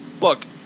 Look